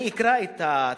אני אקרא את ההצעה: